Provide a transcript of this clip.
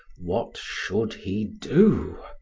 what should he do?